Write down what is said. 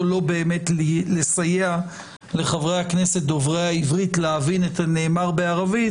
אינה באמת לסייע לחברי הכנסת דוברי העברית להבין את הנאמר בערבית,